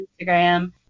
Instagram